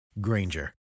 Granger